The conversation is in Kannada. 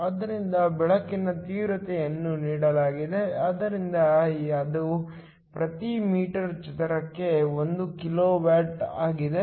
ಆದ್ದರಿಂದ ಬೆಳಕಿನ ತೀವ್ರತೆಯನ್ನು ನೀಡಲಾಗಿದೆ ಆದ್ದರಿಂದ ಅದು ಪ್ರತಿ ಮೀಟರ್ ಚದರಕ್ಕೆ 1 ಕಿಲೋ ವ್ಯಾಟ್ ಆಗಿದೆ